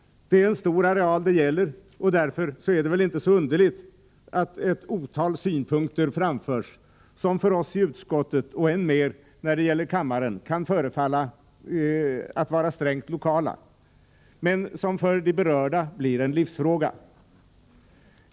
Det är en stor areal det gäller, och därför är det inte underligt att ett otal synpunkter framförts, som för oss i utskottet och än mer när det gäller kammaren kan förefalla att vara strängt lokala men som för de berörda blir en livsfråga.